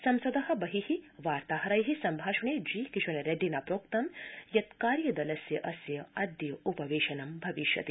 संसद बहि वर्ताहैर सम्भाषणे जी किशन रेड्डिना प्रोक्तं यत् कार्यदलस्यास्य अद्य उपवेशनं भविष्यति